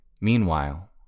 Meanwhile